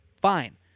Fine